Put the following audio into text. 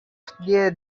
pnie